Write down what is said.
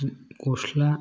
गस्ला